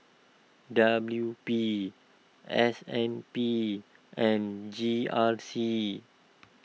W P S N B and G R C